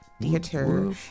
Theater